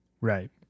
Right